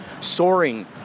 Soaring